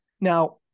Now